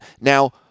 Now